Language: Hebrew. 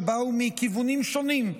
שבאו מכיוונים שונים.